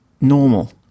normal